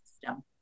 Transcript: system